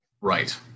Right